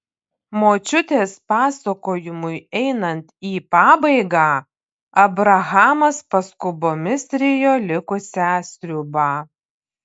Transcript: močiutės pasakojimui einant į pabaigą abrahamas paskubomis rijo likusią sriubą